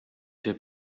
der